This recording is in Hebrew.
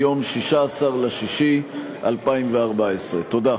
מיום 16 ביוני 2014. תודה.